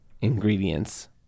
ingredients